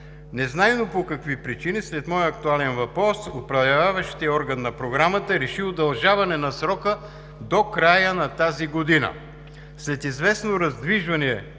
Незнайно по какви причини след моя актуален въпрос Управляващият орган на Програмата реши удължаване на срока до края на тази година. След известно раздвижване